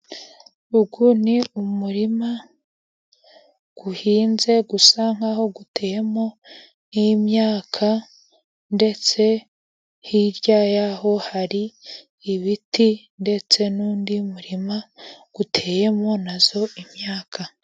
Uyu ni umurima uhinze, usa nkaho utemo nk'imyaka ndetse hirya y'aho hari ibiti ndetse n'undi murima uteyemo nawo imyaka.